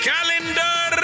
Calendar